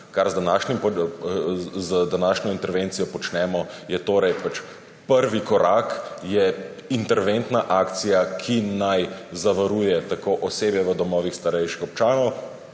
Kar z današnjo intervencijo počnemo, je pač prvi korak, je interventna akcija, ki naj zavaruje tako osebje v domovih starejših občanov